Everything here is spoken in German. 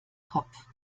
kopf